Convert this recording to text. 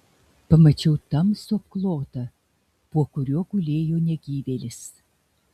pamačiau tamsų apklotą po kuriuo gulėjo negyvėlis